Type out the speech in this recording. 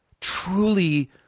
truly